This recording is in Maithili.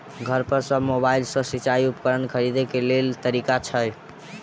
घर पर सऽ मोबाइल सऽ सिचाई उपकरण खरीदे केँ लेल केँ तरीका छैय?